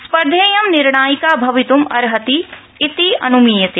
स्पर्धेयं निर्णायिका भवित्म् अर्हति इत्यनुमीयते